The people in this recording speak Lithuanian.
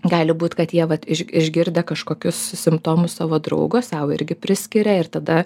gali būt kad jie vat iž išgirdę kažkokius simptomus savo draugo sau irgi priskiria ir tada